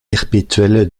perpétuel